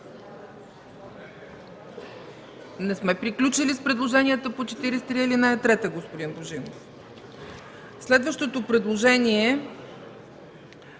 Не сме приключили предложенията по чл. 43, ал. 3, господин Божинов. Следващото предложение